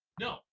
No